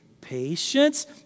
patience